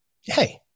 hey